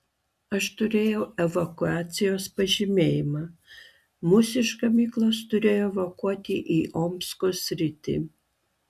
aš turėjau evakuacijos pažymėjimą mus iš gamyklos turėjo evakuoti į omsko sritį